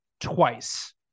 twice